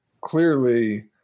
clearly